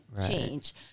change